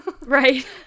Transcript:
Right